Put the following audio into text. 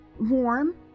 warm